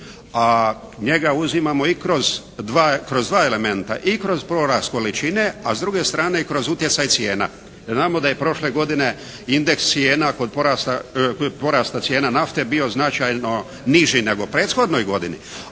a njega uzimamo i kroz dva elementa. I kroz porast količine, a s druge strane i kroz utjecaj cijena. Znamo da je prošle godine indeks cijena kod porasta cijena nafte bio značajno niži nego u prethodnoj godini.